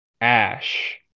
Ash